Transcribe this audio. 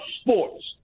sports